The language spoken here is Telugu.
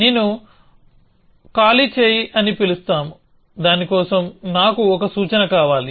నేను ఖాళీ చేయి అని పిలుస్తాము దాని కోసం నాకు ఒక సూచన కావాలి